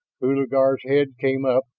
hulagur's head came up,